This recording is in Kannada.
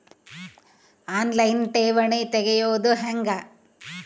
ಆನ್ ಲೈನ್ ಠೇವಣಿ ತೆರೆಯೋದು ಹೆಂಗ?